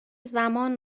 زمان